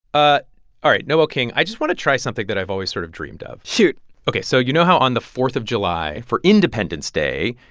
ah all right, noel king, i just want to try something that i've always sort of dreamed of shoot ok, so you know how on the fourth of july, for independence day,